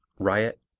riot,